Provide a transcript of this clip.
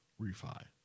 Refi